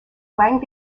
wang